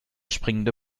springende